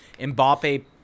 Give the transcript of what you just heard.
Mbappe